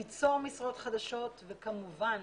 תיצור משרות חדשות וכמובן